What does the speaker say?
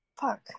fuck